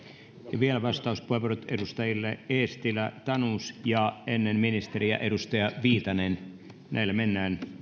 ja vielä vastauspuheenvuorot edustajille eestilä tanus ja ennen ministeriä edustaja viitanen näillä mennään